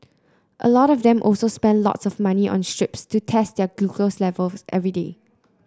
a lot of them also spend lots of money on strips to test their glucose levels every day